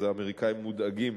אז האמריקנים מודאגים